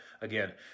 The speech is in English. again